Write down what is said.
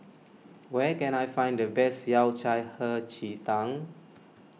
where can I find the best Yao Cai Hei Ji Tang